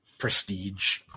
prestige